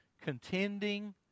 contending